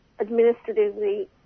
administratively